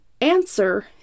answer